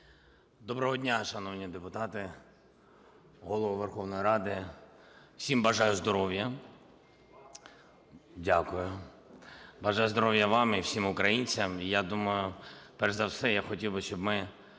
Доброго дня, шановні депутати, Голово Верховної Ради! Всім бажаю здоров'я. Дякую. Бажаю здоров'я вам і всім українцям. Я думаю, перш за все я хотів би, щоб ми